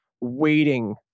waiting